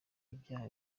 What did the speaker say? ibyaha